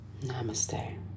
Namaste